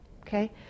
okay